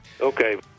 Okay